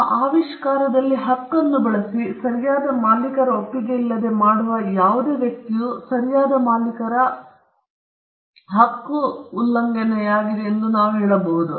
ಆ ಆವಿಷ್ಕಾರದಲ್ಲಿ ಹಕ್ಕನ್ನು ಬಳಸಿ ಸರಿಯಾದ ಮಾಲೀಕರ ಒಪ್ಪಿಗೆಯಿಲ್ಲದೆ ಮಾಡುವ ಯಾವುದೇ ವ್ಯಕ್ತಿಯು ಸರಿಯಾದ ಮಾಲೀಕರ ಹಕ್ಕು ಉಲ್ಲಂಘನೆಯಾಗಿದೆ ಎಂದು ನಾವು ಹೇಳುತ್ತೇವೆ